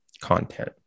content